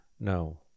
No